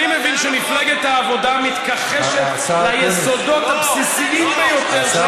אני מבין שמפלגת העבודה מתכחשת ליסודות הבסיסיים ביותר,